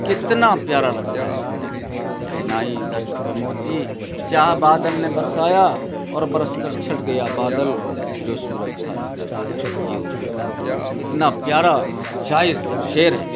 کتنا پیارا لگتا ہے سننے میں کہ حنائی دست پہ موتی سیاہ بادل نے برسایا اور برس کر چھنٹ گیا بادل جو سورج تھا نکل آیا یہ اردو کا کتنا پیارا شاعر شعر ہے